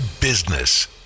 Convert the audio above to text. Business